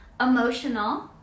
emotional